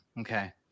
Okay